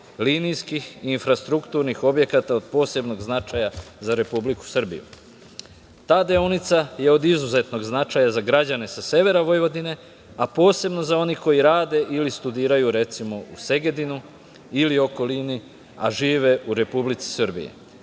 linijskih i infrastrukturnih objekata od posebnog značaja za Republiku Srbiju. Ta deonica je od izuzetnog značaja za građane sa severa Vojvodine, a posebno za one koji rade ili studiraju, recimo, u Segedinu ili okolini, a žive u Republici Srbiji. Ova